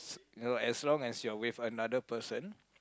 you know as long as you are with another person